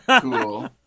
cool